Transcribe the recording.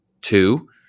Two